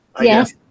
Yes